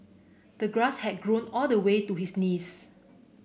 the grass had grown all the way to his knees